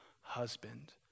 husband